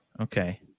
Okay